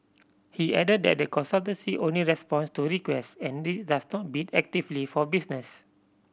he added that the consultancy only responds to requests and it does not bid actively for business